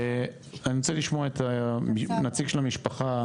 אני רוצה לשמוע את הנציג של המשפחה.